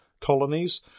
colonies